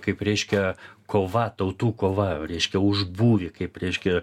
kaip reiškia kova tautų kova reiškia už būvį kaip reiškia